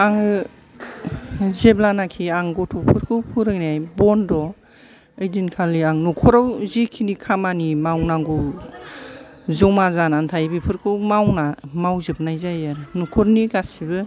आङो जेब्लानाखि आं गथ'फोरखौ फोरोंनाय बन्द' ओइदिनखालि आं नखराव जेखिनि खामानि मावनांगौ ज'मा जानानै थायो बेफोरखौ मावना मावजोबनाय जायो आरो नखरनि गासिबो